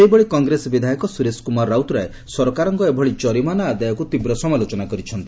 ସେହିଭଳି କଂଗ୍ରେସ ବିଧାୟକ ସୁରେଶ କୁମାର ରାଉତରାୟ ସରକାରଙ୍କ ଏଭଳି ଜରିମାନା ଆଦାୟକୁ ତୀବ୍ର ସମାଲୋଚନା କରିଛନ୍ତି